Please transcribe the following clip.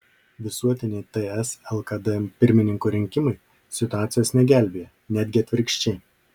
visuotiniai ts lkd pirmininko rinkimai situacijos negelbėja netgi atvirkščiai